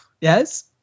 Yes